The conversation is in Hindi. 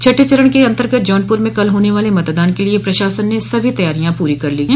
छठें चरण के अन्तर्गत जौनपुर में कल होने वाले मतदान के लिये प्रशासन ने सभी तैयारियां पूरी कर ली है